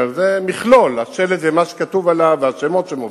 זה מכלול: השלט, מה שכתוב שעליו והשמות שמופיעים,